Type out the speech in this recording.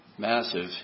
massive